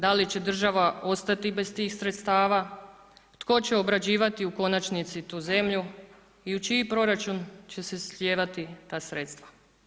Da li će država ostati bez tih sredstava, tko će obrađivati u konačnici tu zemlju i u čiji proračun će se slijevati ta sredstva?